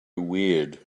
weird